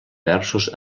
versos